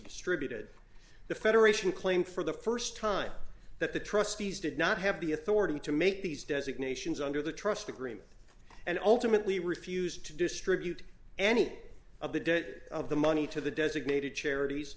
distributed the federation claimed for the st time that the trustees did not have the authority to make these designations under the trust agreement and ultimately refused to distribute any of the debt of the money to the designated charities